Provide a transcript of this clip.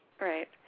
Right